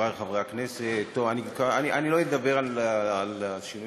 אבל יש לנו דבר אחד לומר